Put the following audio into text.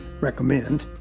recommend